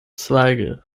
zweige